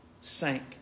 sank